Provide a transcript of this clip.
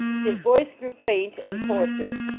his voice grew faint and hoarser,